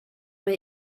mae